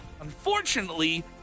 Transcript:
Unfortunately